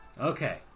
Okay